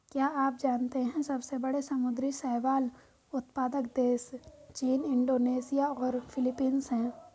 क्या आप जानते है सबसे बड़े समुद्री शैवाल उत्पादक देश चीन, इंडोनेशिया और फिलीपींस हैं?